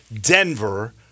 Denver